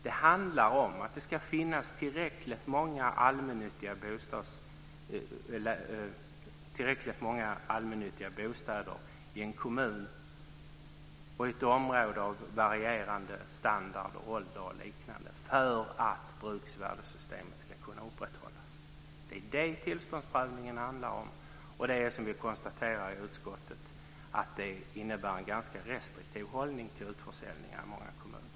Det handlar om att det ska finnas tillräckligt många allmännyttiga bostäder i en kommun, i ett område, med varierande standard, ålder och liknande för att bruksvärdessystemet ska kunna upprätthållas. Det är detta som tillståndsprövningen handlar om. Som vi konstaterade i utskottet innebär detta en ganska restriktiv hållning till utförsäljning i många kommuner.